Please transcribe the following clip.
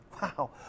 Wow